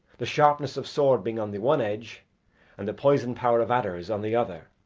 the sharpness of sword being on the one edge and the poison power of adders on the other.